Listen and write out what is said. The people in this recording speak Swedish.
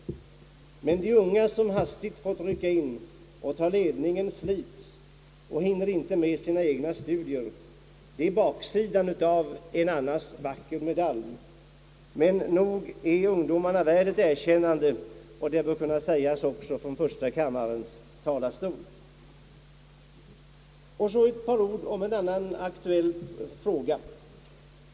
Men de unga som hastigt fått rycka in och ta ledningen slits och hinner inte med sina egna studier. Det är baksidan av en annars vacker medalj. Men nog är ungdomarna värda ett erkännande — det bör kunna sägas också från första kammarens talarstol. Så några ord om en annan aktuell fråga.